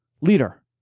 leader